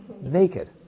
naked